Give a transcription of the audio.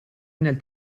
nel